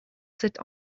cette